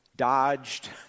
Dodged